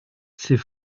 c’est